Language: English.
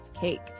cake